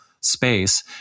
space